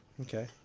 Okay